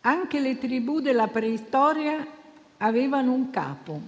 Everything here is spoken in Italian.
anche le tribù della preistoria avevano un capo,